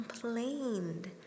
complained